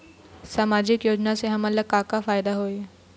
सामाजिक योजना से हमन ला का का फायदा होही?